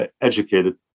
educated